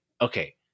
Okay